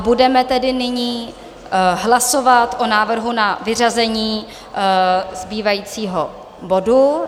Budeme tedy nyní hlasovat o návrhu na vyřazení zbývajícího bodu.